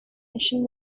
session